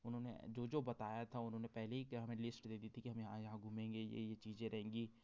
उन्होंने जो जो बताया था उन्होंने पहले ही क्या हमें लिस्ट दे दी थी कि हम यहाँ यहाँ घूमेंगे ये ये चीज़ें रहेंगी